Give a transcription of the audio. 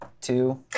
two